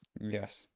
Yes